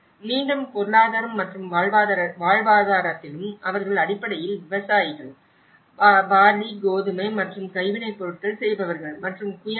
மீண்டும் பொருளாதாரம் மற்றும் வாழ்வாதாரத்திலும் அவர்கள் அடிப்படையில் விவசாயிகள் பார்லி கோதுமை மற்றும் கைவினைப்பொருட்கள் செய்பவர்கள் மற்றும் குயவர்கள்